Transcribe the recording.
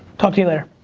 talk to you later.